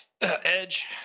edge